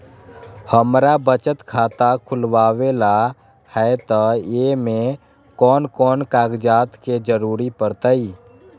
हमरा बचत खाता खुलावेला है त ए में कौन कौन कागजात के जरूरी परतई?